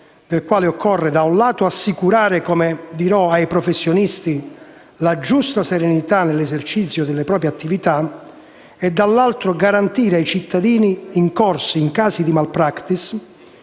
del quale occorre da un lato assicurare ai professionisti la giusta serenità nell'esercizio della propria attività e dall'altro garantire ai cittadini incorsi in casi di *malpractice*